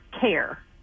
care